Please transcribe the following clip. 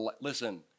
listen